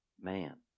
man